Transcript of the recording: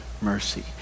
mercy